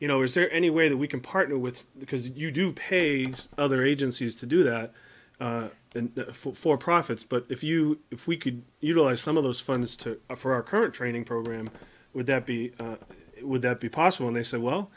you know is there any way that we can partner with because you do pay other agencies to do that and for profits but if you if we could utilize some of those funds to for our current training program would that be would that be possible and they said well